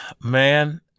man